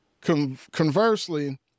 Conversely